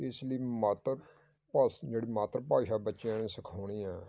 ਇਸ ਲਈ ਮਾਤਰ ਭਾਸ਼ ਜਿਹੜੀ ਮਾਤਰ ਭਾਸ਼ਾ ਬੱਚਿਆਂ ਨੂੰ ਸਿਖਾਉਣੀ ਆ